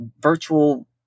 virtual